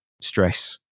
stress